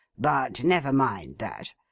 but never mind that.